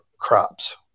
crops